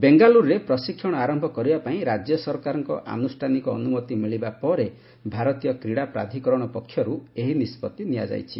ବେଙ୍ଗାଲୁରରେ ପ୍ରଶିକ୍ଷଣ ଆରମ୍ଭ କରିବା ପାଇଁ ରାଜ୍ୟ ସରକାରଙ୍କ ଆନୁଷ୍ଠାନିକ ଅନୁମତି ମିଳିବା ପରେ ଭାରତୀୟ କ୍ରୀଡ଼ା ପ୍ରାଧିକରଣ ପକ୍ଷରୁ ଏହି ନିଷ୍ପଭି ନିଆଯାଇଛି